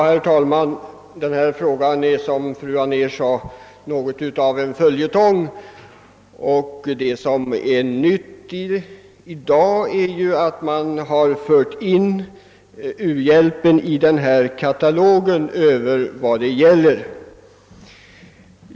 Herr talman! Detta är som fru Anér sade något av en följetång. Det som är nytt i dag är ju att man har fört in uhjälpen i katalogen över vad det gäller.